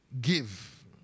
Give